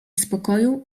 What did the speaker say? spokoju